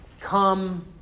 come